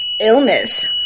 illness